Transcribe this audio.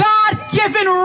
God-given